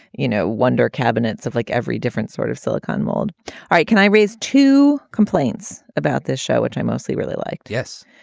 you know, wonder. cabinets of like every different sort of silicone mold. all right. can i raise two complaints about this show, which i mostly really liked? yes.